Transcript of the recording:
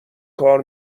کار